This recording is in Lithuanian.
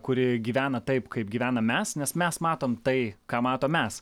kuri gyvena taip kaip gyvenam mes nes mes matom tai ką matom mes